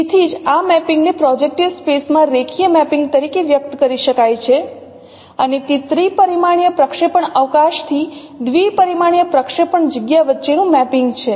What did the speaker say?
તેથી જ આ મેપિંગ ને પ્રોજેક્ટીવ સ્પેસ માં રેખીય મેપિંગ તરીકે વ્યક્ત કરી શકાય છે અને તે ત્રિપરિમાણીય પ્રક્ષેપણ અવકાશથી દ્વિપરિમાણીય પ્રક્ષેપણ જગ્યા વચ્ચેનું મેપિંગ છે